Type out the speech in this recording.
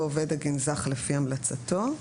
או עובד הגנזך לפי המלצתו,